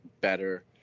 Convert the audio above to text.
better